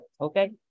Okay